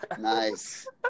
nice